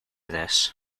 this